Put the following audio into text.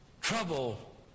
trouble